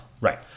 Right